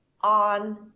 on